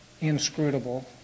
inscrutable